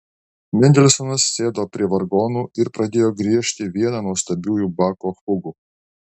mendelsonas sėdo prie vargonų ir pradėjo griežti vieną nuostabiųjų bacho fugų